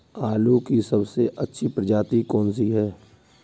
आलू की सबसे अच्छी प्रजाति कौन सी है?